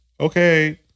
okay